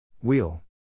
wheel